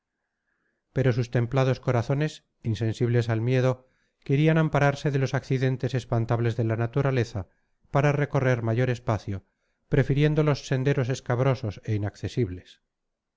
pero sus templados corazones insensibles al miedo querían ampararse de los accidentes espantables de la naturaleza para recorrer mayor espacio prefiriendo los senderos escabrosos e inaccesibles